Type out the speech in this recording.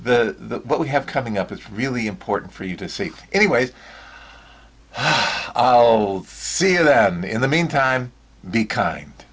the what we have coming up it's really important for you to see any way oh see that in the meantime be kind